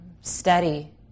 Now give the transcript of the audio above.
steady